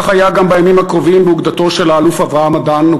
כך היה גם בימים הקרובים באוגדתו של האלוף אברהם אדן,